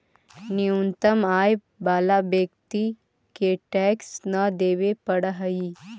न्यूनतम आय वाला व्यक्ति के टैक्स न देवे पड़ऽ हई